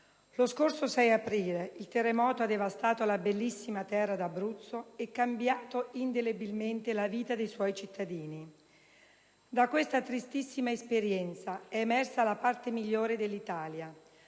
lo scorso 6 aprile il terremoto ha devastato la bellissima terra d'Abruzzo e cambiato indelebilmente la vita dei suoi cittadini. Da questa tristissima esperienza è emersa la parte migliore dell'Italia,